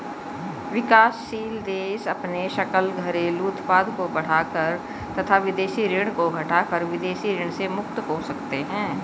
विकासशील देश अपने सकल घरेलू उत्पाद को बढ़ाकर तथा विदेशी ऋण को घटाकर विदेशी ऋण से मुक्त हो सकते हैं